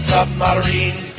Submarine